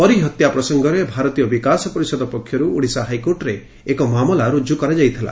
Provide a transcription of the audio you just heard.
ପରୀ ହତ୍ୟା ପ୍ରସଙ୍ଗରେ ଭାରତୀୟ ବିକାଶ ପରିଷଦ ପକ୍ଷରୁ ହାଇକୋର୍ଟରେ ମାମଲା ରୁଜୁ ହୋଇଥିଲା